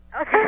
Okay